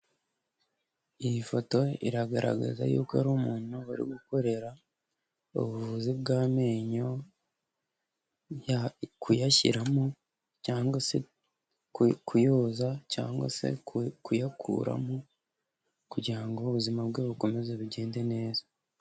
Iyi foto iragaragaza y'uko ari umuntu bari gukorera ubuvuzi bw'amenyo, kuyashyiramo cyangwa se kuyoza cyangwa se kuyakuramo kugira ngo ubuzima bwe bukomeze bugende neza.